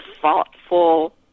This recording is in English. thoughtful